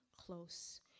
close